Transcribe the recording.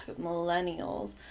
millennials